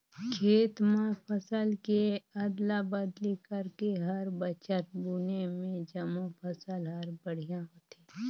खेत म फसल के अदला बदली करके हर बछर बुने में जमो फसल हर बड़िहा होथे